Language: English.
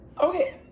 Okay